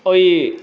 ओहि